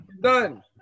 done